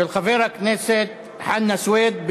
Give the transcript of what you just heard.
של חבר הכנסת חנא סוייד.